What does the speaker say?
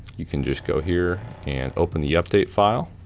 you can just go here and open the update file.